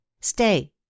Stay